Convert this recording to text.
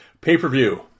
pay-per-view